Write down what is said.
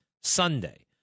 Sunday